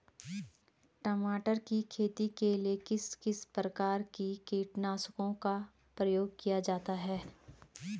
टमाटर की खेती के लिए किस किस प्रकार के कीटनाशकों का प्रयोग किया जाता है?